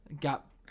Got